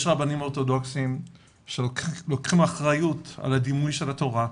יש רבנים אורתודוכסים שלוקחים אחריות על הדימוי של התורה.